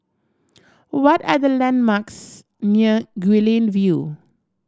what are the landmarks near Guilin View